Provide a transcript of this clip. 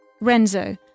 Renzo